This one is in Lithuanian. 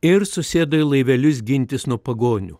ir susėdo į laivelius gintis nuo pagonių